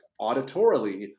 auditorily